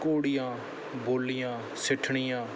ਘੋੜੀਆਂ ਬੋਲੀਆਂ ਸਿੱਠਣੀਆਂ